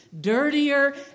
dirtier